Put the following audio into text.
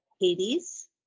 Hades